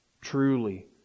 truly